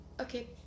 okay